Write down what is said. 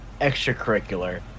extracurricular